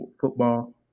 football